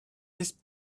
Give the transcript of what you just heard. this